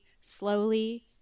slowly